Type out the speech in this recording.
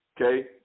okay